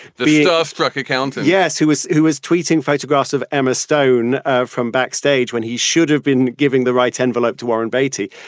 the awestruck accounts and yes, he was. who was tweeting photographs of emma stone from backstage when he should have been giving the rights envelope to warren beatty.